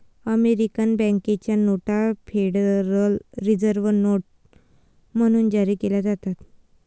American बँकेच्या नोटा federal reserve notes म्हणून जारी केल्या जातात